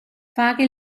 fare